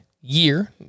year